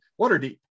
Waterdeep